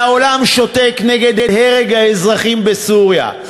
והעולם שותק מול הרג האזרחים בסוריה.